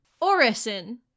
Orison